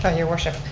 ah your worship.